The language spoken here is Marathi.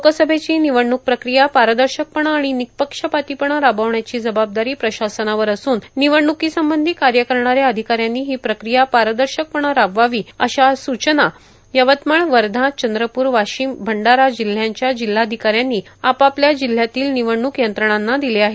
लोकसभेची निवडणूक प्रक्रिया पारदर्शकपणे आणि निपक्षपाती राबविण्याची जबाबदारी प्रशासनावर असून निवडणूकीसंबंधी कार्य करणाऱ्या अधिकाऱ्यांनी ही प्रक्रिया पारदर्शकपणे राबवावी अशा सूचना यवतमाळ वर्धा चंद्रपूर वाशीम भंडारा जिल्ह्यांच्या जिल्हाधिकाऱ्यांनी आपापल्या जिल्ह्यातील निवडणूक यंत्रणांना दिले आहेत